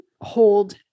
hold